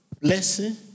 blessing